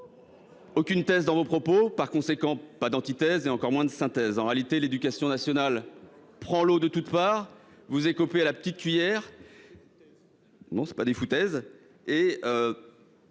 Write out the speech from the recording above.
Aucune thèse dans votre propos, par conséquent pas d'antithèse et encore moins de synthèse ! En réalité, l'éducation nationale prend l'eau de toutes parts et vous écopez à la petite cuillère, dans une forme